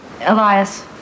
Elias